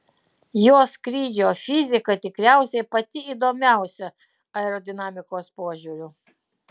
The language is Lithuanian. jo skrydžio fizika tikriausiai pati įdomiausia aerodinamikos požiūriu